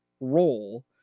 role